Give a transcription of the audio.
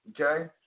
okay